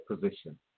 position